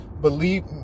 believe